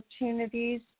opportunities